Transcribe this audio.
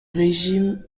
régime